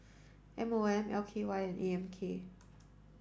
M O M L K Y and A M K